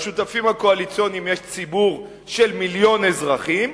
לשותפים הקואליציוניים יש ציבור של מיליון אזרחים,